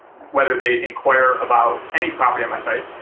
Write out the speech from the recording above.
whether they inquire about any property on my site,